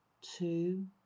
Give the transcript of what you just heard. two